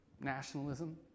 nationalism